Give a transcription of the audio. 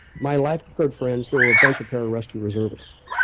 my lifeguard friends, there were a bunch of pararescue reservists.